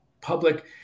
public